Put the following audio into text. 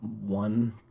one